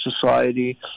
Society